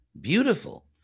beautiful